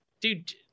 dude